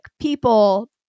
people